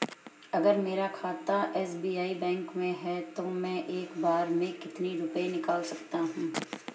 अगर मेरा खाता एस.बी.आई बैंक में है तो मैं एक बार में कितने रुपए निकाल सकता हूँ?